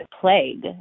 plague